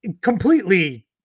completely